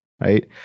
right